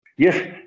Yes